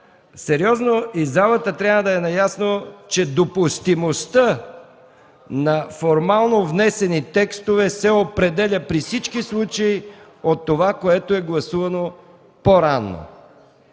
сериозно и залата трябва да е наясно, че допустимостта на формално внесени текстове се определя при всички случаи от това, което е гласувано по-рано